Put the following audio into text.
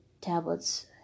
tablets